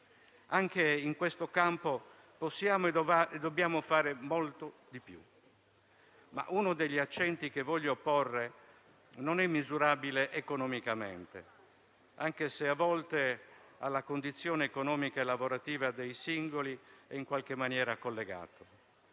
Anche in questo campo possiamo e dobbiamo fare molto di più. Uno degli accenti che voglio porre non è però misurabile economicamente, anche se a volte alla condizione economica e lavorativa dei singoli è in qualche maniera collegato.